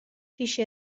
پیش